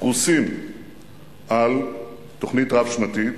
פרוסים על תוכנית רב-שנתית,